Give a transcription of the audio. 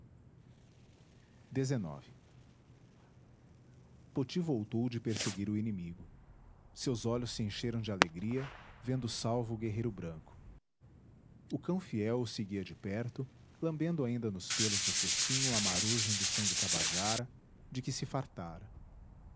lágrimas poti voltou de perseguir o inimigo seus olhos se encheram de alegria vendo salvo o guerreiro branco o cão fiel o seguia de perto lambendo ainda nos pêlos do focinho a marugem do sangue tabajara de que se fartara